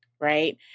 right